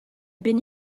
been